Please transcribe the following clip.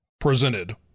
Presented